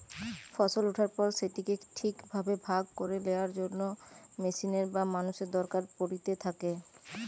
ফসল ওঠার পর সেটিকে ঠিক ভাবে ভাগ করে লেয়ার জন্য মেশিনের বা মানুষের দরকার পড়িতে থাকে